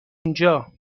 اونجا